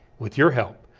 with your help,